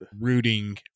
rooting